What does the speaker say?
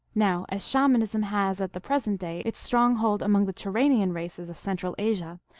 now as shamanism has at the present day its stronghold among the turanian races of central asia,